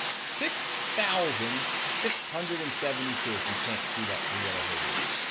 six thousand six hundred and seventy two, if you can't see that for whatever reason.